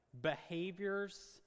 behaviors